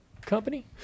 company